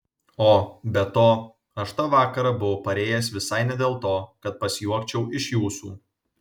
o be to aš tą vakarą buvau parėjęs visai ne dėl to kad pasijuokčiau iš jūsų